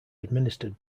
administered